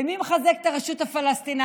ומי מחזק את הרשות הפלסטינית?